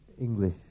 English